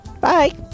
Bye